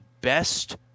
best